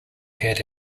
had